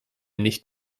nicht